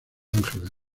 ángeles